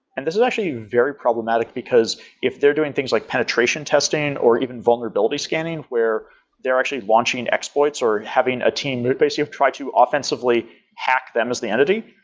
and this is actually very problematic, because if they're doing things like penetration testing or even vulnerability scanning where they're actually launching exploits or having a team basically try to offensively hack them as the entity,